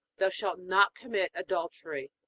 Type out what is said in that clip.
thou shalt not commit adultery.